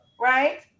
right